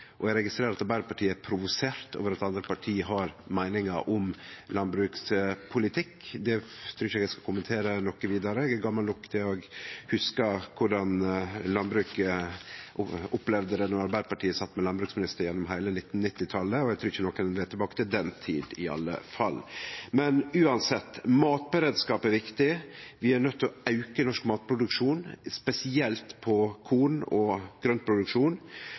Eg registrerer at Arbeidarpartiet er provosert over at andre parti har meiningar om landbrukspolitikk. Det trur eg ikkje eg skal kommentere noko vidare – eg er gamal nok til å hugse korleis landbruket opplevde det då Arbeidarpartiet sat med landbruksministeren gjennom heile 1990-talet, og eg trur ikkje nokon vil tilbake til den tida iallfall. Men uansett: Matberedskap er viktig. Vi er nøydde til å auke norsk matproduksjon, spesielt korn- og grøntproduksjon,